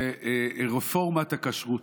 זה רפורמת הכשרות.